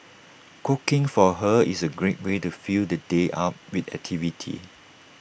cooking for her is A great way to fill the day up with activity